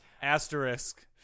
Asterisk